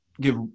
give